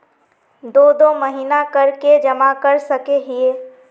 दो दो महीना कर के जमा कर सके हिये?